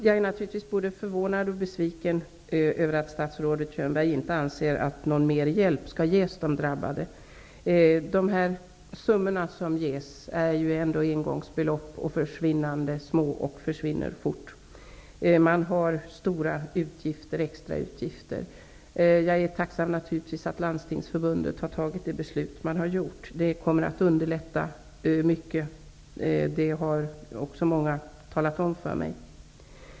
Jag är naturligtvis både förvånad och besviken över att statsrådet Könberg inte anser att någon mer hjälp skall ges de drabbade. De summor som ges är ändå engångsbelopp och försvinnande små. De går fort åt. Man har stora extrautgifter. Jag är naturligtvis tacksam över att Landstingsförbundet har fattat det beslut som man har gjort. Det kommer att underlätta mycket. Det har många också talat om för mig.